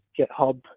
GitHub